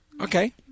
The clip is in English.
Okay